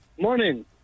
Morning